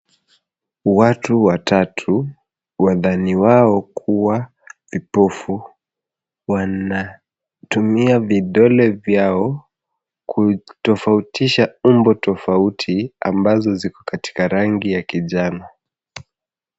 Watu watatu wadhaniwao kuwa vipofu wanatumia vidole vyao kutofautisha umbo tofauti ambazo ziko katika rangi ya kijani.